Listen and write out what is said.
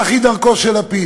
כך היא דרכו של לפיד.